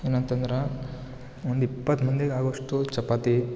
ಏನಂತಂದ್ರೆ ಒಂದು ಇಪ್ಪತ್ತು ಮಂದಿಗೆ ಆಗೋಷ್ಟು ಚಪಾತಿ